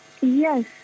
Yes